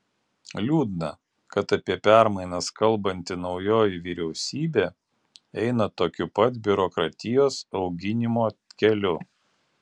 liūdna kad apie permainas kalbanti naujoji vyriausybė eina tokiu pat biurokratijos auginimo keliu